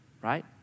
right